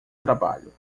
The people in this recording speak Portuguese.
trabalho